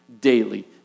daily